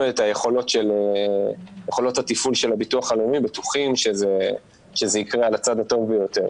את יכולות התפעול של הביטוח הלאומי בטוחים שזה יקרה על הצד הטוב ביותר,